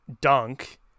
dunk